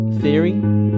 theory